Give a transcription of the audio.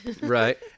Right